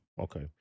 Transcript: Okay